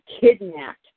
kidnapped